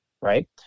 right